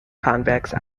convex